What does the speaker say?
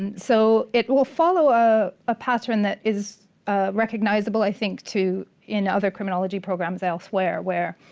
and so it will follow ah a pattern that is recognisable i think, too, in other criminology programmes elsewhere, where